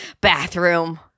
bathroom